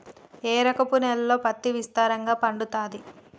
ఏ రకపు నేలల్లో పత్తి విస్తారంగా పండుతది?